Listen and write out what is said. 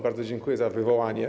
Bardzo dziękuję za wywołanie.